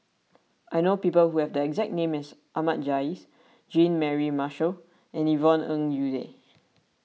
I know people who have the exact name as Ahmad Jais Jean Mary Marshall and Yvonne Ng Uhde